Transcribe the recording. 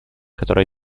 которое